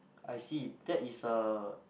I see that is a